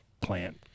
plant